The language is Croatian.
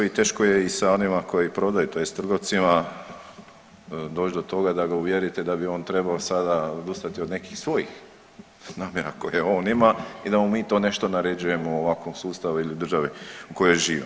I teško je i sa onima koji prodaju tj. trgovcima doć do toga da ga uvjerite da bi on trebao sada odustati od nekih svojih namjera koje on ima i da mu mi to nešto naređujemo u ovakvom sustavu ili državi u kojoj živimo.